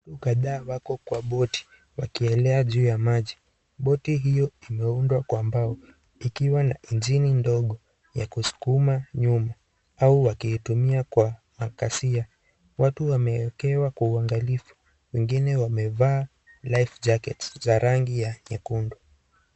Kadhaa wako kwa boti wakielea juu ya maji . Boti hiyo imeundwa kwa mbao ikiwa na engine ndogo ya kusukumwa nyuma au wakitumia kwa makasia. Watu wameekewa kwa uangalifu wengine wamevaa life jacket za rangi ya nyekundu.